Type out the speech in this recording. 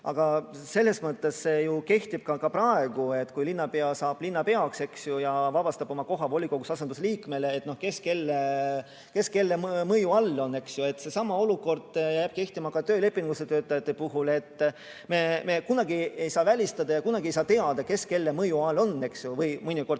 Aga selles mõttes see ju kehtib ka praegu, et kui linnapea saab linnapeaks ja vabastab oma koha volikogus asendusliikmele, siis kes kelle mõju all on, eks ju. Seesama olukord jääb kehtima ka töölepinguliste töötajate puhul. Me ei saa kunagi välistada ega saa ka kunagi teada, kes kelle mõju all on, või mõnikord